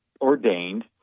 ordained